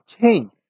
change